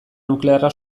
nuklearra